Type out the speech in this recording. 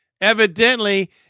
Evidently